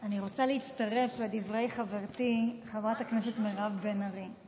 אני רוצה להצטרף לדברי חברתי חברת הכנסת מירב בן ארי,